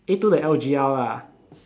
A two the L_G_L lah